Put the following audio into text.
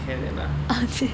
don't care them lah